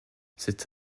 cet